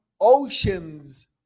oceans